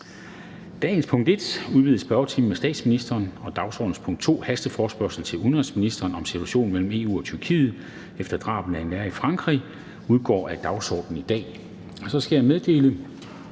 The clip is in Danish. Dagsordenens punkt 1, udvidet spørgetime med statsministeren, og dagsordenens punkt 2, hasteforespørgsel til udenrigsministeren om situationen mellem EU og Tyrkiet efter drabet af en lærer i Frankrig (F 14), udgår af dagsordenen i dag. Så skal jeg meddele,